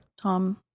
tom